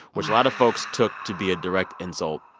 which a lot of folks took to be a direct insult.